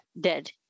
dead